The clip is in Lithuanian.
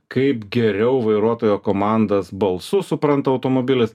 kaip geriau vairuotojo komandas balsu suprantu automobilis